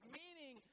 meaning